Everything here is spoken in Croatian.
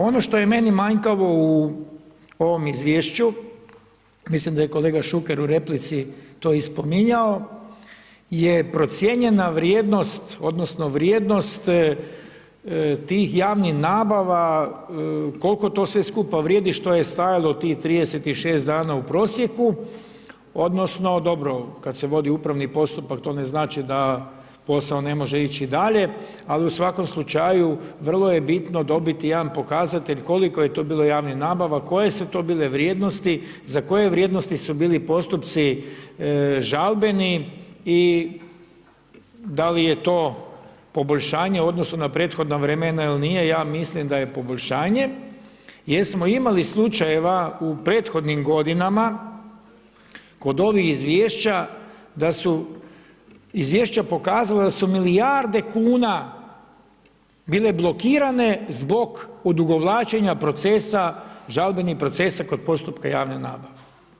Ono što je meni manjkavo u ovom izvješću, mislim da je kolega Šuker u replici to i spominjao je procijenjena vrijednost odnosno vrijednost tih javnih nabava, koliko to sve skupa vrijedi što je stajalo tih 36 dana u prosjeku, odnosno, dobro, kad se vodi upravni postupak, to ne znači da posao ne može ići dalje, ali u svakom slučaju, vrlo je bitno dobiti jedan pokazatelj koliko je to bilo javnih nabava, koje su to bile vrijednosti, za koje vrijednosti su bili postupci žalbeni i da li je to poboljšanje u odnosu na prethodna vremena ili nije, ja mislim da je poboljšanje jer smo imali slučajeva u prethodnim godinama kod ovih izvješća, da su izvješća pokazala da su milijarde kuna bile blokirane zbog odugovlačenja procesa, žalbenih procesa kod postupaka javne nabave.